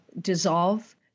dissolve